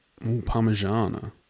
Parmigiana